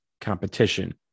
competition